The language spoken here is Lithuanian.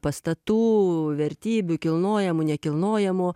pastatų vertybių kilnojamų nekilnojamų